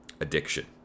addiction